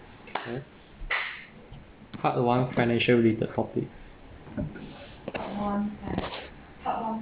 okay part one financial related topic